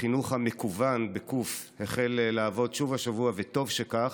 החינוך המקוון החל לעבוד שוב השבוע, וטוב שכך,